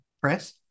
press